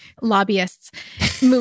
Lobbyists